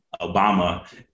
Obama